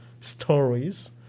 stories